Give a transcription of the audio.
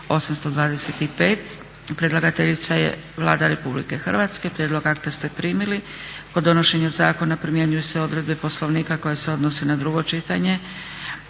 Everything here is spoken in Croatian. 825; Predlagateljica je Vlada Republike Hrvatske. Prijedlog akta ste primili. Kod donošenja zakona primjenjuju se odredbe Poslovnika koje se odnose na drugo čitanje.